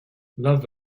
love